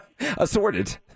Assorted